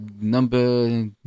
number